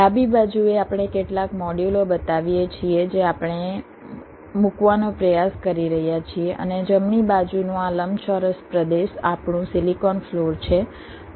ડાબી બાજુએ આપણે કેટલાક મોડ્યુલો બતાવીએ છીએ જે આપણે મૂકવાનો પ્રયાસ કરી રહ્યા છીએ અને જમણી બાજુનો આ લંબચોરસ પ્રદેશ આપણું સિલિકોન ફ્લોર છે